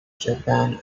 japan